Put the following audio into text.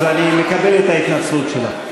אז אני מקבל את ההתנצלות שלך.